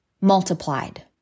multiplied